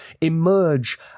emerge